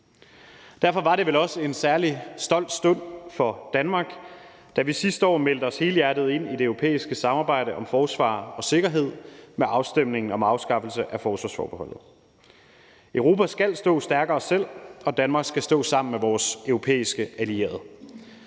Derfor var det vel også en særlig stolt stund for Danmark, da vi sidste år meldte os helhjertet ind i det europæiske samarbejde om forsvar og sikkerhed med afstemningen om afskaffelsen af forsvarsforbeholdet. Europa skal stå stærkere selv, og Danmark skal stå sammen med vores europæiske allierede.